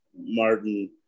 Martin